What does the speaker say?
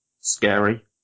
scary